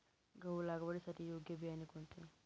गहू लागवडीसाठी योग्य बियाणे कोणते?